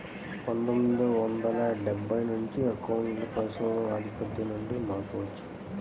పందొమ్మిది వందల డెబ్బై నుంచి అకౌంటింగ్ లో పరిశోధనల ఆధిపత్యం నుండి మార్పు వచ్చింది